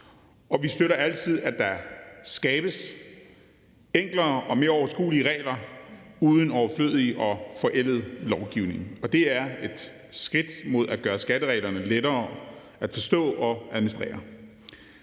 Vi støtter altid, at der skabes enklere og mere overskuelige regler uden overflødige og forældet lovgivning, og det her er et skridt mod at gøre skattereglerne lettere at forstå og administrere.